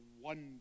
wonder